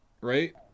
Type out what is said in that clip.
right